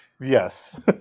Yes